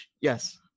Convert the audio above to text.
Yes